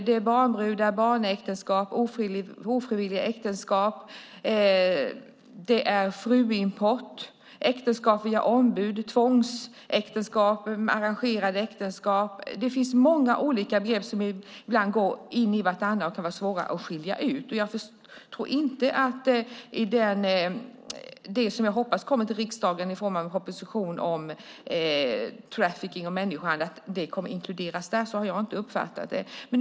Det är barnbrudar, barnäktenskap, ofrivilliga äktenskap, fruimport, äktenskap via ombud, tvångsäktenskap och arrangerade äktenskap. Det finns många olika begrepp som ibland går in i varandra och kan vara svåra att skilja ut. Jag tror inte att det som jag hoppas kommer till riksdagen i form av en proposition om trafficking och människohandel kommer att inkludera detta. Jag har inte uppfattat det så.